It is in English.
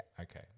Okay